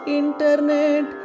internet